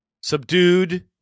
subdued